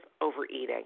overeating